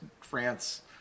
France